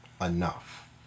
Enough